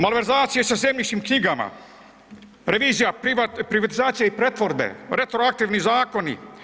Malverzacije sa zemljišnim knjigama, revizija privatizacije i pretvorbe, retroaktivni zakoni.